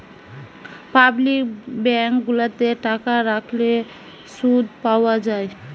public bank গুলাতে টাকা রাখলে শুধ পাওয়া যায়